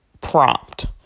prompt